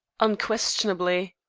unquestionably.